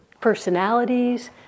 personalities